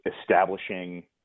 establishing